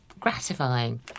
Gratifying